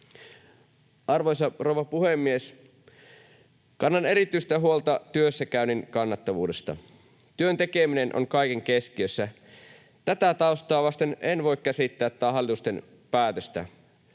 Arvoisa rouva puhemies! Kannan erityistä huolta työssäkäynnin kannattavuudesta. Työn tekeminen on kaiken keskiössä. Tätä taustaa vasten en voi käsittää tätä hallituksen päätöstä.